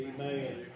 Amen